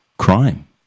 Crime